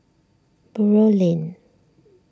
Buroh Lane